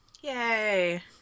Yay